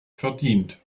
verdient